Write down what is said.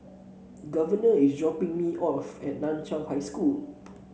Governor is dropping me off at Nan Chiau High School